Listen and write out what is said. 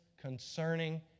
concerning